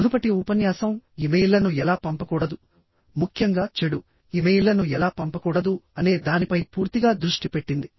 మునుపటి ఉపన్యాసం ఇమెయిల్లను ఎలా పంపకూడదుముఖ్యంగా చెడు ఇమెయిల్లను ఎలా పంపకూడదు అనే దానిపై పూర్తిగా దృష్టి పెట్టింది